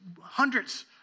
Hundreds